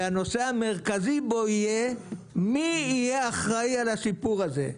והנושא המרכזי בו יהיה מי יהיה אחראי על הסיפור הזה.